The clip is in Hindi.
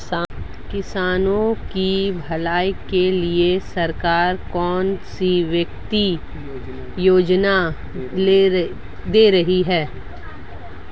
किसानों की भलाई के लिए सरकार कौनसी वित्तीय योजना दे रही है?